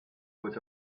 was